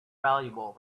valuable